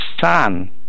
son